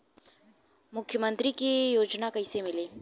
मुख्यमंत्री के योजना कइसे मिली?